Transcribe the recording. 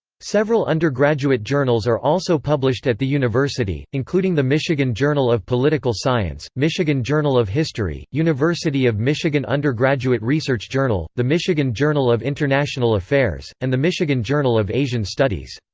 several undergraduate journals are also published at the university, including the michigan journal of political science, michigan journal of history, university of michigan undergraduate research journal, the michigan journal of international affairs, and the michigan journal of asian studies.